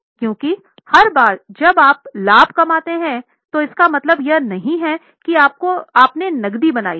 क्योंकि हर बार जब आप लाभ कमाते हैं तो इसका मतलब यह नहीं है कि आपने नक़दी बनाई है